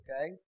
Okay